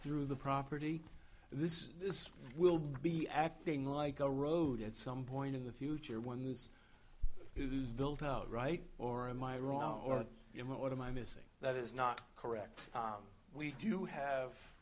through the property and this is this will be acting like a road at some point in the future when this who's built out right or am i wrong or you know what am i missing that is not correct we do